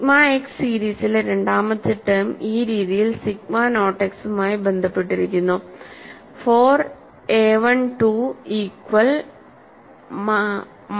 sigma X സീരീസിലെ രണ്ടാമത്തെ term ഈ രീതിയിൽ സിഗ്മ നോട്ട് എക്സുമായി ബന്ധപ്പെട്ടിരിക്കുന്നു 4 AI 2 equal minus sigma naught x ആണ്